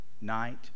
night